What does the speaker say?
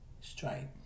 stripe